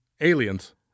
Aliens